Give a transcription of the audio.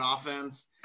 offense